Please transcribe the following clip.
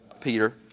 Peter